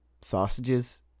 sausages